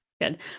good